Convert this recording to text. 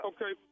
Okay